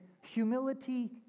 humility